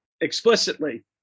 explicitly